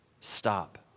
Stop